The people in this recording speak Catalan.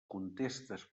contestes